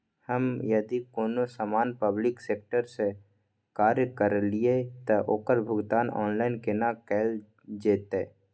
हम यदि कोनो सामान पब्लिक सेक्टर सं क्रय करलिए त ओकर भुगतान ऑनलाइन केना कैल जेतै?